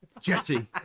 Jesse